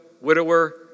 widower